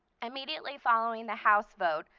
immediately following the house vote,